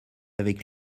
avec